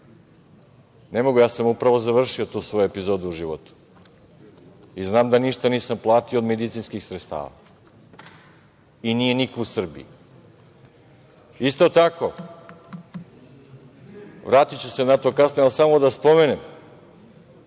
Ne mogu, ja sam upravo završio tu epizodu u svom životu, i znam da ništa nisam platio od medicinskih sredstava, i nije niko u Srbiji. Isto tako, vratiću se na to kasnije, ali samo da spomenem,